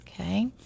okay